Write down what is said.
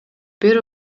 бир